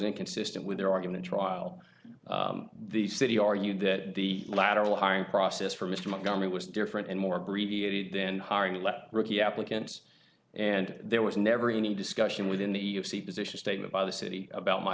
inconsistent with their argument trial the city argued that the lateral hiring process for mr montgomery was different and more abbreviated then harney left rookie applicants and there was never any discussion within the e e o c position statement by the city about my